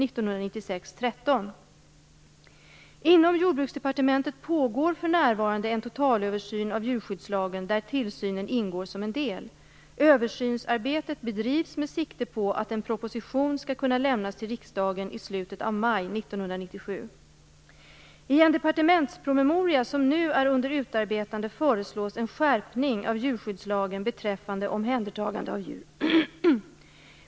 Inom Jordbruksdepartementet pågår för närvarande en totalöversyn av djurskyddslagen, där tillsynen ingår som en del. Översynsarbetet bedrivs med sikte på att en proposition skall kunna lämnas till riksdagen i slutet av maj 1997. I en departementspromemoria som nu är under utarbetande föreslås en skärpning av djurskyddslagen beträffande omhändertagande av djur.